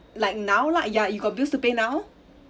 like now lah ya you got bills to pay now